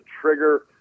trigger